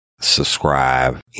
subscribe